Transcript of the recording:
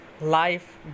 Life